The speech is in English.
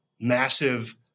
massive